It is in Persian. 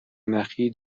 نخی